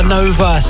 Nova